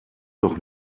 doch